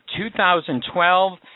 2012